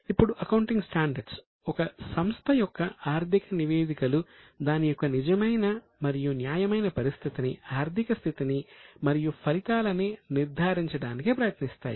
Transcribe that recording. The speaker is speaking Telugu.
ఇప్పుడు అకౌంటింగ్ స్టాండర్డ్స్ ఒక సంస్థ యొక్క ఆర్థిక నివేదికలు దాని యొక్క నిజమైన మరియు న్యాయమైన పరిస్థితిని ఆర్థిక స్థితి మరియు ఫలితాలని నిర్ధారించడానికి ప్రయత్నిస్తాయి